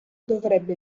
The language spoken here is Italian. dovrebbe